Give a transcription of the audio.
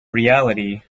reality